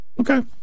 Okay